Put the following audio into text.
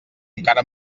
encara